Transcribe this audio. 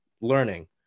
learning